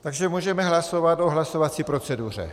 Takže můžeme hlasovat o hlasovací proceduře.